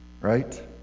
right